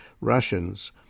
Russians